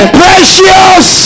precious